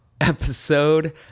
Episode